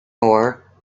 war